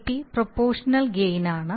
Kp proportional നേട്ടമാണ്